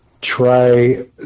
try